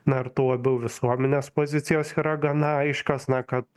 na ir tuo labiau visuomenės pozicijos yra gana aiškios na kad